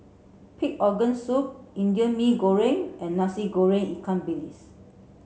pig organ soup Indian Mee Goreng and Nasi Goreng Ikan Bilis